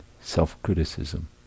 self-criticism